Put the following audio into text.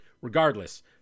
Regardless